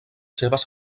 seves